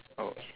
oh okay